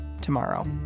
tomorrow